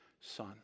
son